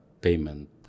payment